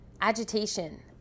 Agitation